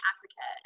Africa